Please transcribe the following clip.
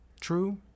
true